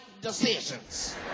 decisions